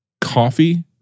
coffee